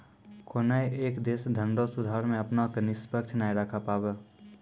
कोनय एक देश धनरो सुधार मे अपना क निष्पक्ष नाय राखै पाबै